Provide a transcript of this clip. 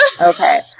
Okay